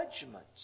judgments